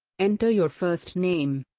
enter your first name